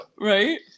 Right